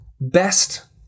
best